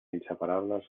inseparables